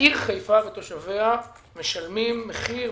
העיר חיפה ותושביה משלמים מחיר,